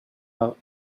out